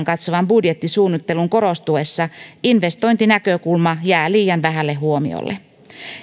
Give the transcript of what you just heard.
katsovan budjettisuunnittelun korostuessa investointinäkökulma jää liian vähälle huomiolle